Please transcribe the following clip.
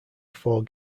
four